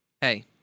Hey